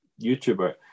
YouTuber